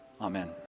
Amen